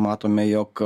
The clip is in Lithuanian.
matome jog